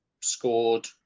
scored